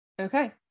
okay